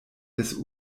des